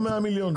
לא 100 מיליון.